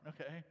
okay